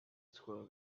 squirrel